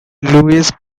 luis